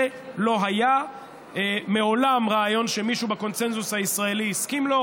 זה לא היה מעולם רעיון שמישהו בקונסנזוס הישראלי הסכים לו,